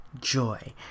joy